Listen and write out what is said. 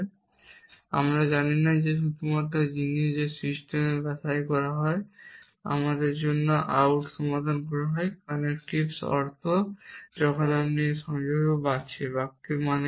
এবং আমরা জানি না শুধুমাত্র জিনিস যে এই সিস্টেমের বাছাই করা হয় আমাদের জন্য আউট সমাধান করা হয় connectives অর্থ যখন আপনি এই সংযোজক আছে বাক্য মানে কি